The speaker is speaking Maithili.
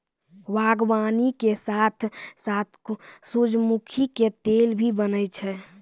बागवानी के साथॅ साथॅ सूरजमुखी के तेल भी बनै छै